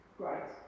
great